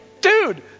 Dude